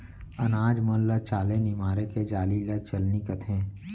अनाज मन ल चाले निमारे के जाली ल चलनी कथें